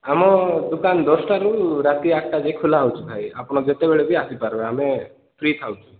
ଆମ ଦୋକାନ ଦଶଟାରୁ ରାତି ଆଠଟା ଯାଏ ଖୋଲା ରହୁଛି ଭାଇ ଆପଣ ଯେତେବେଳେ ବି ଆସିପାରିବେ ଆମେ ଫ୍ରି ଥାଉଛୁ